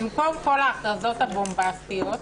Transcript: במקום כל ההכרזות הבומבסטיות,